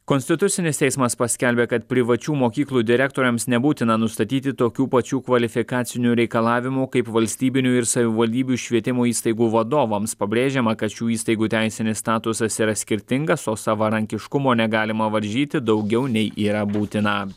konstitucinis teismas paskelbė kad privačių mokyklų direktoriams nebūtina nustatyti tokių pačių kvalifikacinių reikalavimų kaip valstybinių ir savivaldybių švietimo įstaigų vadovams pabrėžiama kad šių įstaigų teisinis statusas yra skirtingas o savarankiškumo negalima varžyti daugiau nei yra būtina